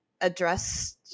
address